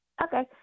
Okay